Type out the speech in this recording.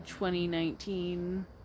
2019